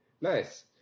Nice